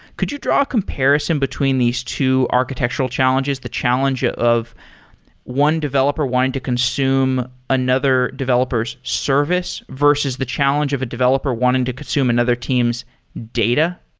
could you draw a comparison between these two architectural challenges, the challenge of one developer wanting to consume another developer s service versus the challenge of a developer wanting to consume another team's data?